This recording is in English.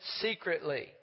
secretly